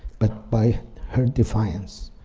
but by her defiance,